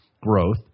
growth